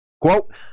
Quote